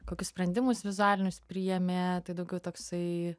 kokius sprendimus vizualinius priėmė tai daugiau toksai